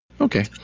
Okay